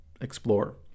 explore